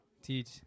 Teach